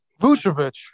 Vucevic